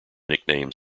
nickname